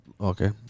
Okay